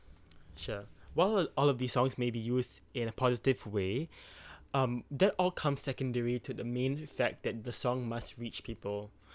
sure while all of these songs may be used in a positive way um that all come secondary to the main fact that the song must reach people